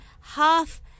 half